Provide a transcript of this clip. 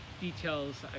Details